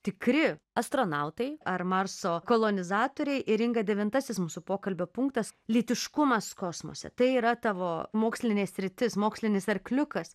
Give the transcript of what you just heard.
tikri astronautai ar marso kolonizatoriai į inga devintasis mūsų pokalbio punktas lytiškumas kosmose tai yra tavo mokslinė sritis mokslinis arkliukas